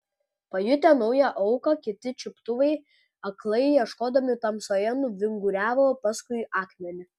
pajutę naują auką kiti čiuptuvai aklai ieškodami tamsoje nuvinguriavo paskui akmenį